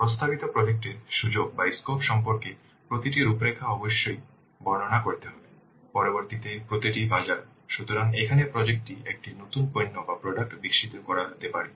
প্রস্তাবিত প্রজেক্ট এর সুযোগ সম্পর্কে প্রতিটি রূপরেখা অবশ্যই বর্ণনা করতে হবে পরবর্তী তে প্রতিটি বাজার সুতরাং এখানে প্রজেক্ট টি একটি নতুন পণ্য বিকশিত করা হতে পারে